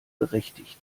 berechtigt